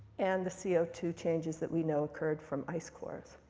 and the c o two changes that we know occurred from ice cores.